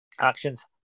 actions